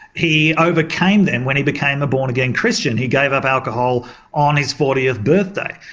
he overcame them when he became a born-again christian, he gave up alcohol on his fortieth birthday.